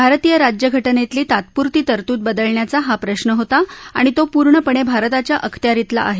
भारतीय राज्यघटनेतली तात्पुरती तरतूद बदलण्याचा हा प्रश्न होता आणि तो पूर्णपेण भारताच्या अखत्यारितला आहे